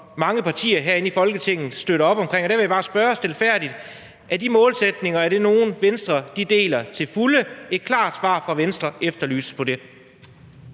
mange partier herinde i Folketinget støtter op omkring, og der vil jeg bare stilfærdigt spørge: Er de målsætninger nogle, som Venstre deler til fulde? Der efterlyses et klart svar fra Venstre på det.